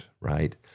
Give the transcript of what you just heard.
right